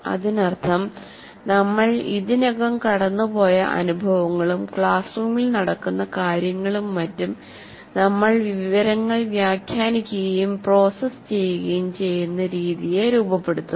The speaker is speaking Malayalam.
അതിനർത്ഥം നമ്മൾ ഇതിനകം കടന്നുപോയ അനുഭവങ്ങളും ക്ലാസ് റൂമിൽ നടക്കുന്ന കാര്യങ്ങളും മറ്റും നമ്മൾ വിവരങ്ങൾ വ്യാഖ്യാനിക്കുകയും പ്രോസസ്സ് ചെയ്യുകയും ചെയ്യുന്ന രീതിയെ രൂപപ്പെടുത്തുന്നു